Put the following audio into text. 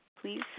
please